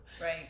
Right